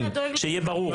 שיהיה ברור,